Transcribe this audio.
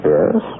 Yes